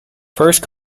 first